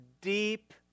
deep